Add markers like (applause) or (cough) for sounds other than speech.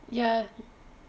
(noise)